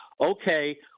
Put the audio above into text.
Okay